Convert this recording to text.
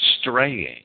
straying